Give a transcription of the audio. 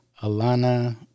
Alana